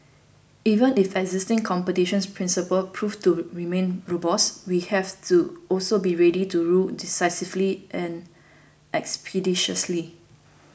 even if existing competitions principles prove to remain robust we have to also be ready to rule decisively and expeditiously